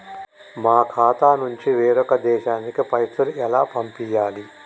మా ఖాతా నుంచి వేరొక దేశానికి పైసలు ఎలా పంపియ్యాలి?